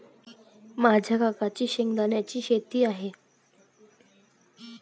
माझ्या काकांची शेंगदाण्याची शेती आहे